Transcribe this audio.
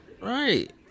Right